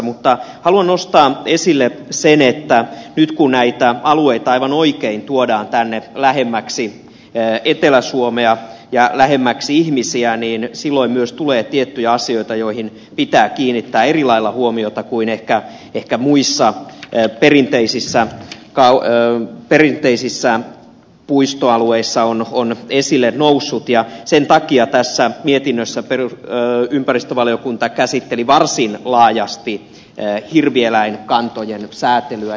mutta haluan nostaa esille sen että nyt kun näitä alueita aivan oikein tuodaan tänne lähemmäksi etelä suomea ja lähemmäksi ihmisiä silloin myös tulee tiettyjä asioita joihin pitää kiinnittää eri lailla huomiota kuin ehkä muissa perinteisissä puistoalueissa on esille noussut ja sen takia tässä mietinnössä ympäristövaliokunta käsitteli varsin laajasti hirvieläinkantojen säätelyä